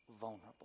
vulnerable